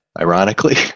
ironically